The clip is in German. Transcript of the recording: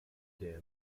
der